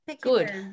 Good